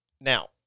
Now